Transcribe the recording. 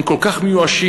הם כל כך מיואשים,